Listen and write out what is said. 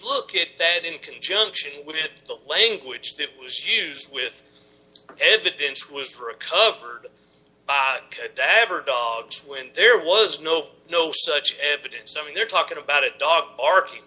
look at that in conjunction with the language that was used with evidence was recovered by ever dogs when there was no no such evidence i mean they're talking about it dog barking